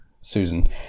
Susan